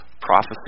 Prophecy